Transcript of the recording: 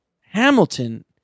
Hamilton